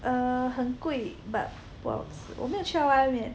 err 很贵 but 不好吃我没有去它外面